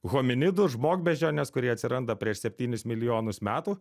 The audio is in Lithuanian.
hominidų žmogbeždžiones kurie atsiranda prieš septynis milijonus metų